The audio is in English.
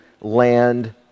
land